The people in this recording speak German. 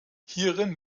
hierin